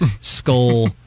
skull